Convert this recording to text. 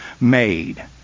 made